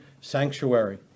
sanctuary